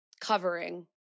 covering